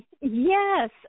Yes